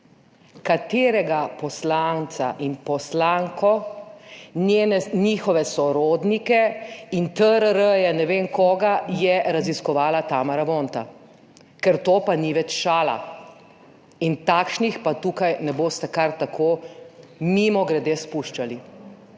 katerega poslanca in poslanko, njihove sorodnike in TRR ne vem koga je raziskovala Tamara Vonta. Ker to pa ni več šala! In takšnih pa tukaj ne boste kar tako mimogrede spuščali.